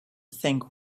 think